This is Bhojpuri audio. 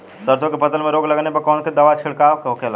सरसों की फसल में रोग लगने पर कौन दवा के छिड़काव होखेला?